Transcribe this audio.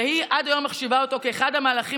ועד היום היא מחשיבה אותו כאחד המהלכים